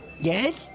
Yes